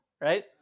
right